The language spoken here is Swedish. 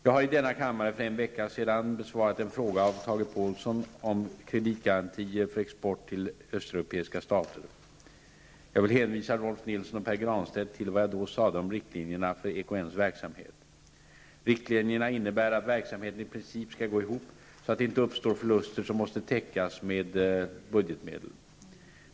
Jag har i denna kammare för en vecka sedan besvarat en fråga av Tage Påhlsson om kreditgarantier för export till östeuropeiska stater. Jag vill hänvisa Rolf L Nilson och Pär Granstedt till vad jag då sade om riktlinjerna för EKNs verksamhet. Riktlinjerna innebär att verksamheten i princip skall gå ihop så att det inte uppstår förluster som måste täckas med budgetmedel.